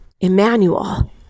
Emmanuel